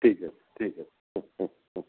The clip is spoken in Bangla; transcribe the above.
ঠিক আছে ঠিক আছে হুম হুম হুম